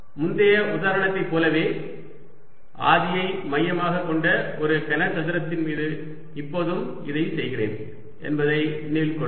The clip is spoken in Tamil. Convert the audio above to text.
முந்தைய உதாரணத்தைப் போலவே ஆதியை மையமாகக் கொண்ட ஒரு கனசதுரத்தின் மீது இப்போதும் இதைச் செய்கிறேன் என்பதை நினைவில் கொள்க